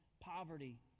poverty